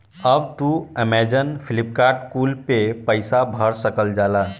अब तू अमेजैन, फ्लिपकार्ट कुल पे पईसा भर सकल जाला